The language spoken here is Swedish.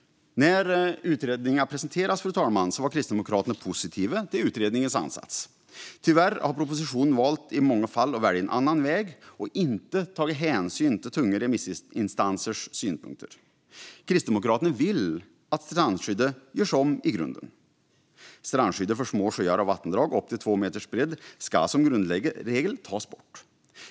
När utredningen presenterades var Kristdemokraterna positiva till utredningens ansats. Tyvärr har man i många fall valt en annan väg i propositionen och inte tagit hänsyn till tunga remissinstansers synpunkter. Kristdemokraterna vill att strandskyddet görs om i grunden. Strandskyddet för små sjöar och vattendrag upp till 2 meters bredd ska som grundregel tas bort.